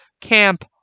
camp